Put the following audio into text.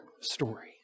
story